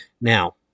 Now